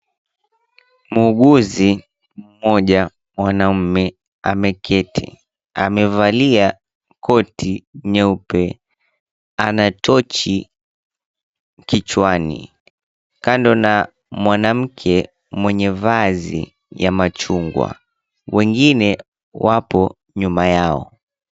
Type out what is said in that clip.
Muuguzi mmoja mwanaume ameketi amevalia koti nyeupe. Ana tochi kichwani kando na mwanamke mwenye vazi ya machungua, wengine wapo nyuma yao.